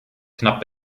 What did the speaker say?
knapp